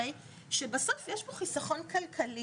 שבסוף יש פה חיסכון כלכלי.